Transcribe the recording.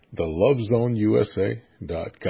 thelovezoneusa.com